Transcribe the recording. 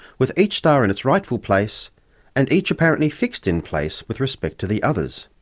with each star in its rightful place and each apparently fixed in place with respect to the others.